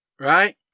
right